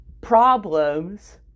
problems